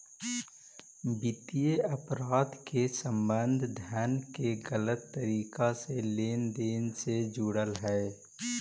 वित्तीय अपराध के संबंध धन के गलत तरीका से लेन देन से जुड़ल हइ